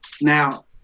Now